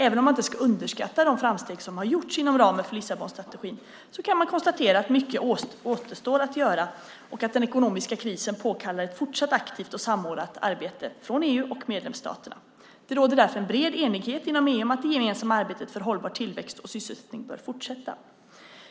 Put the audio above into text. Även om man inte ska underskatta de framsteg som har gjorts inom ramen för Lissabonstrategin kan man konstatera att mycket återstår att göra och att den ekonomiska krisen påkallar ett fortsatt aktivt och samordnat arbete från EU och medlemsstaterna. Det råder därför en bred enighet inom EU om att det gemensamma arbetet för hållbar tillväxt och sysselsättning bör fortsätta.